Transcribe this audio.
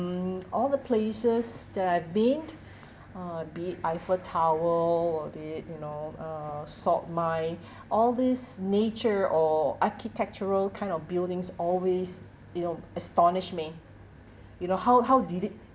all the places that I'd been uh be it eiffel tower or be it you know uh salt mine all this nature or architectural kind of buildings always it'll astonish me you know how how did it